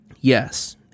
Yes